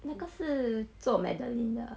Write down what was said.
那个是做 madeleine 的